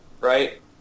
right